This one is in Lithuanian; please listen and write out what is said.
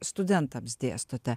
studentams dėstote